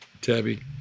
Tabby